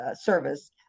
service